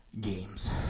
games